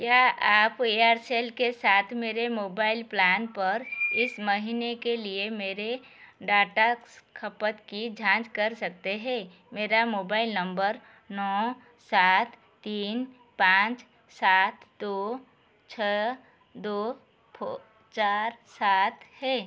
क्या आप एयरसेल के साथ मेरे मोबाइल प्लान पर इस महीने के लिए मेरे डाटा खपत की जाँच कर सकते हैं मेरा मोबाइल नंबर नौ सात तीन पाँच सात दो छः दो फो चार सात है